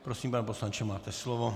Prosím, pane poslanče, máte slovo.